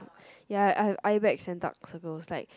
ya I have eye bags and dark circles like